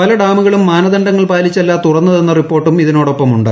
പല ഡാമുകളും മാനദണ്ഡങ്ങൾ പാലിച്ചല്ല തുറന്നതെന്ന റിപ്പോർട്ടും ഇതോടൊപ്പമുണ്ട്